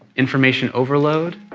information overload,